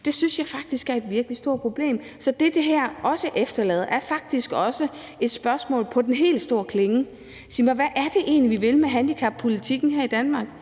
Det synes jeg faktisk er et virkelig stort problem. Så det, som det her også efterlader, er faktisk et spørgsmål på den helt store klinge: Sig mig, hvad er det egentlig, vi vil med handicappolitikken her i Danmark?